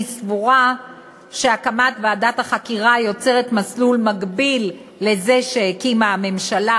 אני סבורה שהקמת ועדת חקירה יוצרת מסלול מקביל לזה שהקימה הממשלה,